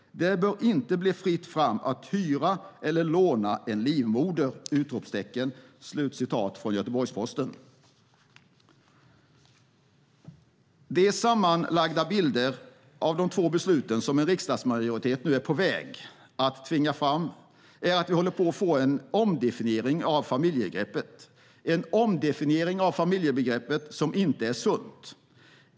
Det bör inte bli fritt fram att hyra eller låna en livmoder!" Den sammanlagda bilden av de två beslut som en riksdagsmajoritet nu är på väg att tvinga fram är att vi håller på att få en omdefiniering av familjebegreppet som inte är sund.